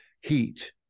heat